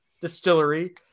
distillery